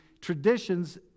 traditions